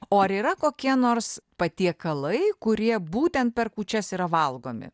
o ar yra kokie nors patiekalai kurie būtent per kūčias yra valgomi